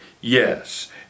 Yes